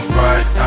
right